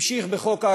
המשיך בחוק ההשעיה,